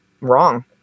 wrong